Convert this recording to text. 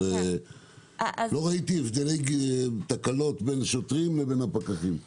לא ראיתי תקלות בין השוטרים לפקחים.